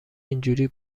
اینجوری